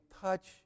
touch